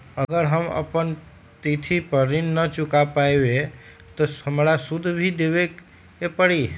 अगर हम अपना तिथि पर ऋण न चुका पायेबे त हमरा सूद भी देबे के परि?